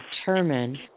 determine